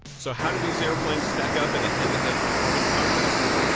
so how do these airplanes stack up in a head to head performance contest.